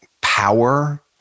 power